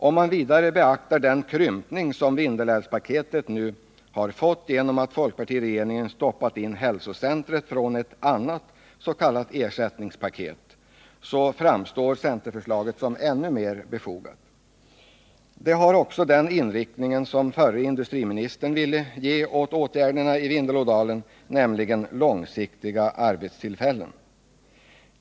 Om man vidare beaktar den krympning som Vindelälvspaketet nu har fått genom att folkpartiregeringen har stoppat in hälsocentret från ett annat s.k. ersättningspaket, framstår centerförslaget som ännu mer befogat. Det har också den inriktning som förre industriministern ville ge åt åtgärderna i Vindelådalen, nämligen långsiktiga arbetstillfällen.